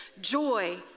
Joy